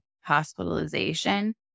hospitalization